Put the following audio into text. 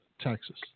Texas